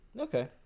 Okay